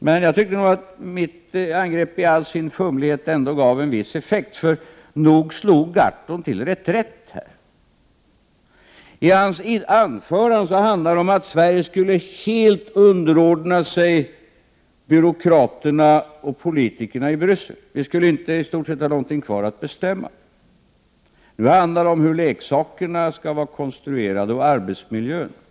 Men jag tycker att mitt angrepp i all sin fumlighet gav en viss effekt. För nog slog Gahrton till reträtt! I hans anförande handlar det om att Sverige skulle i allt underordna sig byråkraterna och politikerna i Bryssel. Vi skulle i stort sett inte ha någonting kvar att bestämma. Nu handlar det om hur leksakerna skall vara konstruerade och om arbetsmiljön.